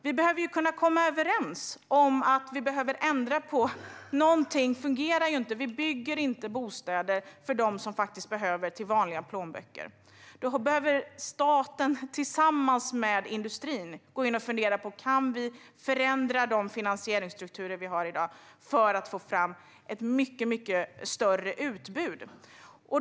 Vi behöver kunna komma överens om att vi behöver ändra på något, för det fungerar ju inte. Vi bygger inte bostäder för dem som behöver det och som har vanliga plånböcker. Då behöver staten tillsammans med industrin gå in och fundera på om vi kan förändra de finansieringsstrukturer vi har i dag för att få fram ett mycket större utbud.